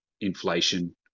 inflation